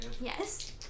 Yes